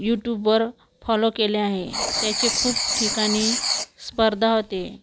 यूट्यूबवर फॉलो केले आहे त्याचे खूप ठिकाणी स्पर्धा होते